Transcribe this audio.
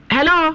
Hello